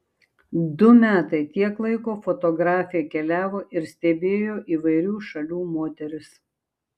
du metai tiek laiko fotografė keliavo ir stebėjo įvairių šalių moteris